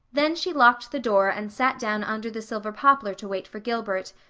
then she locked the door and sat down under the silver poplar to wait for gilbert,